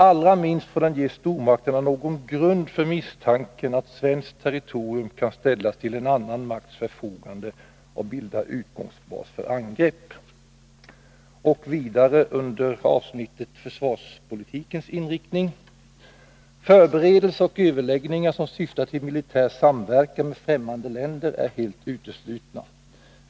Allra minst får den ge stormakterna någon grund för misstanken att svenskt territorium kan ställas till en annan makts förfogande och bilda utgångsbas för angrepp.” Vidare kan man under avsnittet Försvarspolitikens inriktning läsa: ”Förberedelser och överläggningar som syftar till militär samverkan med främmande länder är helt uteslutna.